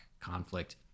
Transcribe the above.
conflict